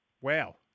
Wow